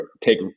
take